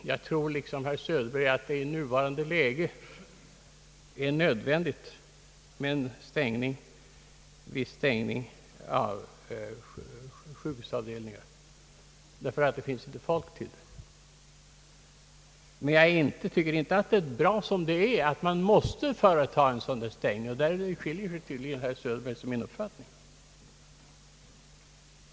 Liksom herr Söderberg tror jag också att det i nuvarande läge är nödvändigt med en viss stängning av sjukhusavdelningar, just därför att det inte finns personal. Men jag tycker inte att det är bra att man måste företa stängningar, och där skiljer sig tydligen min och herr Söderbergs uppfattning.